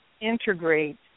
integrate